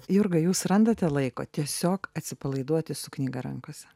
jurga jūs randate laiko tiesiog atsipalaiduoti su knyga rankose